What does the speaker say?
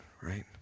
right